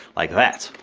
like that.